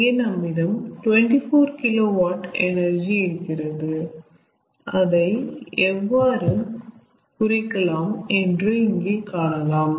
இங்கே நம்மிடம் 24KW energy இருக்கிறது அதை எவ்வாறு குறிக்கலாம் என்று இங்கே காணலாம்